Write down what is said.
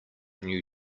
new